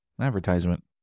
advertisement